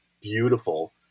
beautiful